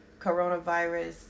coronavirus